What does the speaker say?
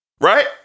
Right